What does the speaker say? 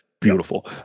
Beautiful